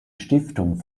stiftung